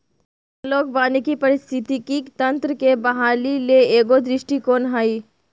analogue वानिकी पारिस्थितिकी तंत्र के बहाली ले एगो दृष्टिकोण हइ